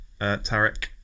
Tarek